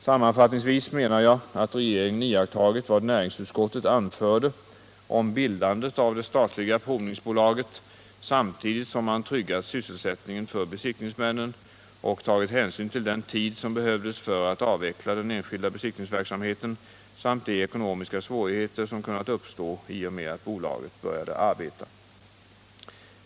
Sammanfattningsvis menar jag att regeringen iakttagit vad näringsutskottet anförde om bildandet av det statliga provningsbolaget samtidigt som man tryggat sysselsättningen för besiktningsmännen och tagit hänsyn till den tid som behövdes för att avveckla den enskilda besiktningsverksamheten samt de ekonomiska svårigheter som kunnat uppstå i och med att bolaget började arbeta.